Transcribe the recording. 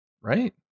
right